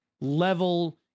level